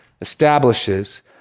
establishes